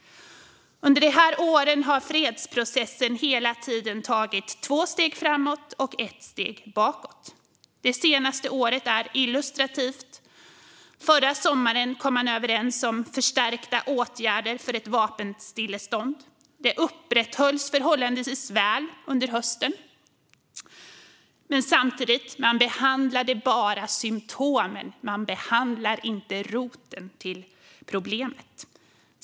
Under de här åren har fredsprocessen hela tiden tagit två steg framåt och ett steg bakåt. Det senaste året är illustrativt. Förra sommaren kom man överens om förstärkta åtgärder för ett vapenstillestånd. Det upprätthölls förhållandevis väl under hösten. Samtidigt behandlade man bara symtomen; man behandlade inte roten till problemet.